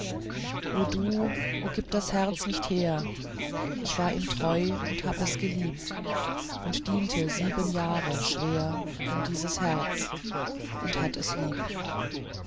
o du o gib das herz nicht her ich war ihm treu und hatt es lieb und diente sieben jahre schwer um dieses herz und hatt es lieb